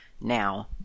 now